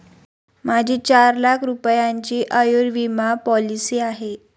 माझी चार लाख रुपयांची आयुर्विमा पॉलिसी आहे